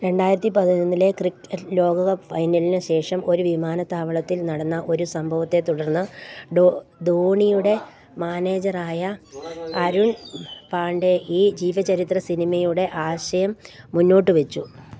രണ്ടായിരത്തി പതിനൊന്നിലെ ക്രിക്ക് ലോകകപ്പ് ഫൈനലിന് ശേഷം ഒരു വിമാനത്താവളത്തിൽ നടന്ന ഒരു സംഭവത്തെ തുടർന്ന് ധോണിയുടെ മാനേജറായ അരുൺ പാണ്ഡെ ഈ ജീവചരിത്ര സിനിമയുടെ ആശയം മുന്നോട്ടു വെച്ചു